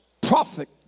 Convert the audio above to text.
prophet